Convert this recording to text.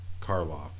Karloff